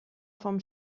vom